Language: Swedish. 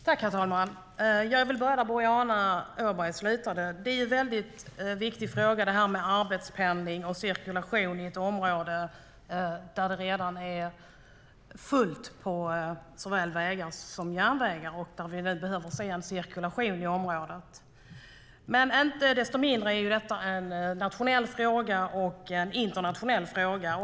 Herr talman! Jag vill börja där Boriana Åberg slutade. Detta är en viktig fråga. Det handlar om arbetspendling i ett område där det redan är fullt på såväl vägar som järnvägar och där vi nu behöver se en cirkulation. Icke desto mindre är detta en nationell och en internationell fråga.